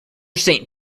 saint